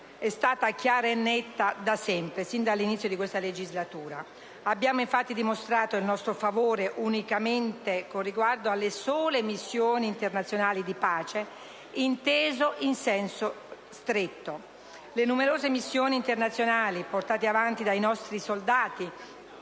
è stata chiara e netta da sempre, sin dall'inizio di questa legislatura. Abbiamo, infatti, dimostrato il nostro favore con riguardo alle sole missioni internazionali di pace in senso stretto. Le numerose missioni internazionali portate avanti dai nostri soldati